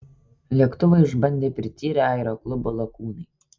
lėktuvą išbandė prityrę aeroklubo lakūnai